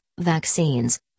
vaccines